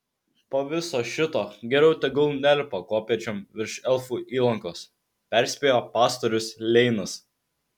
po viso šito geriau tegul nelipa kopėčiom virš elfų įlankos perspėjo pastorius leinas